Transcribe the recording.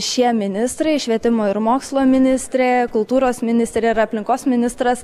šie ministrai švietimo ir mokslo ministrė kultūros ministrė ir aplinkos ministras